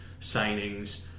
signings